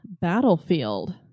Battlefield